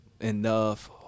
Enough